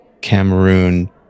Cameroon